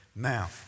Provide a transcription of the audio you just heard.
Now